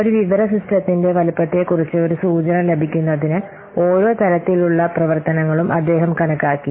ഒരു വിവര സിസ്റ്റത്തിന്റെ വലുപ്പത്തെക്കുറിച്ച് ഒരു സൂചന ലഭിക്കുന്നതിന് ഓരോ തരത്തിലുള്ള പ്രവർത്തനങ്ങളും അദ്ദേഹം കണക്കാക്കി